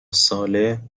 ساله